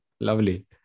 Lovely